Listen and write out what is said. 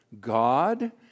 God